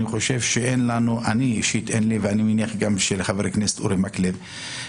ואני מניח גם חבר הכנסת אורי מקלב,